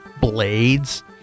blades